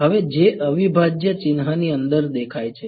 હવે J અવિભાજ્ય ચિહ્નની અંદર દેખાય છે